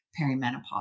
perimenopause